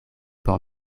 por